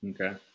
Okay